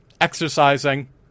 exercising